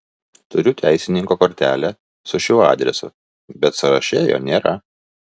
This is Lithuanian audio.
turiu teisininko kortelę su šiuo adresu bet sąraše jo nėra